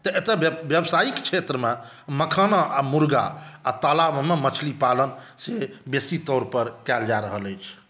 तऽ एतऽ व्यावसायिक क्षेत्रमे मखाना आ मुर्गा आ तालाबमे मछली पालन से बेसी तौर पर कएल जाए रहल अछि